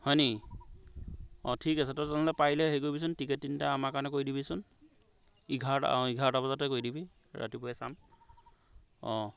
হয় নি অঁ ঠিক আছে তই তেনেহ'লে পাৰিলে হেৰি কৰিবিচোন টিকেট তিনিটা আমাৰ কাৰণে কৰি দিবিচোন এঘাৰটা অঁ এঘাৰটা বজাতে কৰি দিবি ৰাতিপুৱাই চাম অঁ